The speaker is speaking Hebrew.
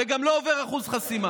וגם לא עובר את אחוז החסימה.